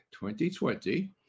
2020